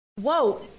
Whoa